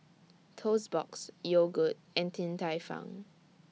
Toast Box Yogood and Din Tai Fung